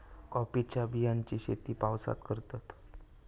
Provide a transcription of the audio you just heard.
कॉफीच्या बियांची शेती पावसात करतत